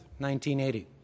1980